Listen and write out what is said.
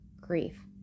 grief